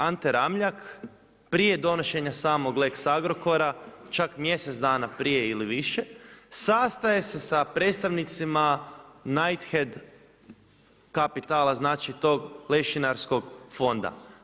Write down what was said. Ante Ramljak, prije donošenja samog lex Agrokora, čak mjesec dana prije ili više, sastaje se s predstavnicima Nightshade Capital znači tog lešinarskog fonda.